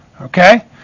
Okay